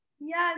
yes